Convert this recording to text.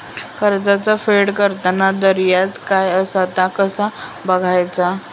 कर्जाचा फेड करताना याजदर काय असा ता कसा बगायचा?